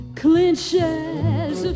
clinches